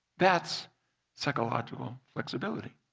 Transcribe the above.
that's psychological flexibility.